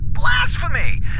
Blasphemy